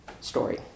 story